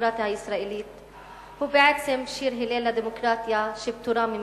לדמוקרטיה הישראלית הוא בעצם שיר הלל לדמוקרטיה שפטורה ממבחנים,